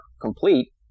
complete